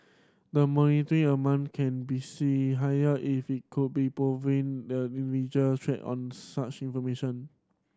the amount can be see higher if it could be proven the traded on such information